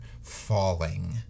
falling